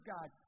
God